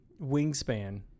Wingspan